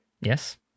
Yes